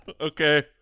Okay